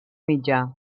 mitjà